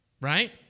Right